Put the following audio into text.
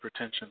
hypertension